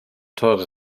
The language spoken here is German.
teure